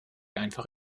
einfach